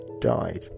died